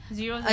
zero